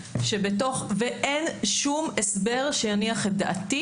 ואין שום הסבר שיניח את דעתי